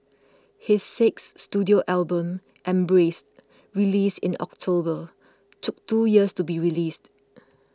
his sixth studio album Embrace released in October took two years to be released